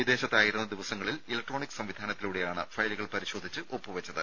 വിദേശത്തായിരുന്ന ദിവസങ്ങളിൽ ഇലക്ട്രോണിക് സംവിധാനത്തിലൂടെയാണ് ഫയലുകൾ പരിശോധിച്ച് ഒപ്പുവച്ചത്